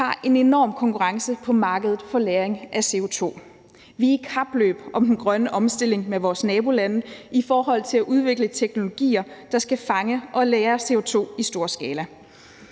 har en enorm konkurrence på markedet for lagring af CO2. Vi er i kapløb om den grønne omstilling med vores nabolande i forhold til at udvikle teknologier, der skal fange og lagre CO2 i storskala.